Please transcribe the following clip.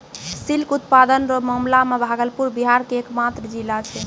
silk उत्पादन रो मामला मे भागलपुर बिहार के एकमात्र जिला छै